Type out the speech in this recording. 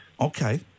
Okay